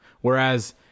Whereas